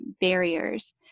barriers